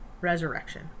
resurrection